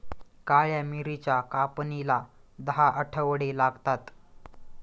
काळ्या मिरीच्या कापणीला दहा आठवडे लागतात